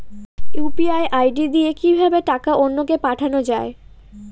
UPI ID দিয়ে কিভাবে টাকা অন্য কে পাঠানো যায়?